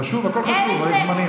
חשוב, הכול חשוב, אבל יש זמנים.